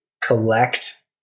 collect